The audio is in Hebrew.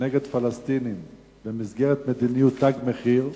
כנגד פלסטינים במסגרת מדיניות "תג מחיר",